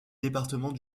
département